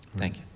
thank you.